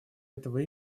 этого